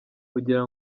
kugira